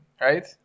right